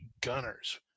gunners